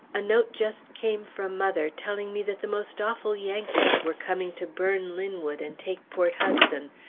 a note just came from mother, telling me that the most awful yankees were coming to burn linwood and take port hudson,